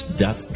dot